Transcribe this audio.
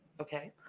Okay